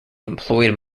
employed